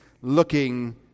looking